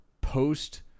post